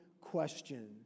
question